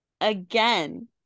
again